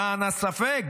למען הספק,